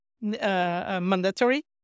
mandatory